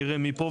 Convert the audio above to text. נראה מי פה,